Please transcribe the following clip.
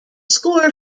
score